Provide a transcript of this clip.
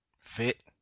fit